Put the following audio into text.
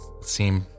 seem